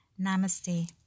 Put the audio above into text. Namaste